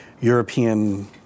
European